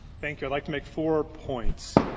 thank you like to make four points.